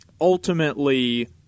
ultimately